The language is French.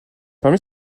parmi